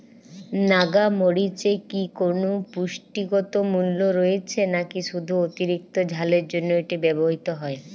নাগা মরিচে কি কোনো পুষ্টিগত মূল্য রয়েছে নাকি শুধু অতিরিক্ত ঝালের জন্য এটি ব্যবহৃত হয়?